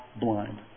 Blind